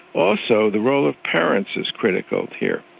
also the role of parents is critical here.